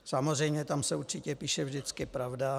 Samozřejmě, tam se určitě píše vždycky pravda.